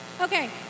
Okay